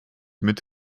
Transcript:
mit